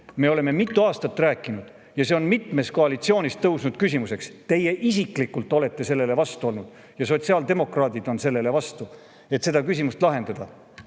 sellest mitu aastat rääkinud ja see on mitmes koalitsioonis küsimuseks tõusnud. Teie isiklikult olete sellele vastu olnud ja sotsiaaldemokraadid on vastu sellele, et seda küsimust lahendada.